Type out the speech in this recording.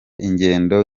ingendo